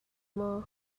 maw